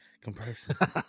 comparison